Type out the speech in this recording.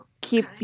keep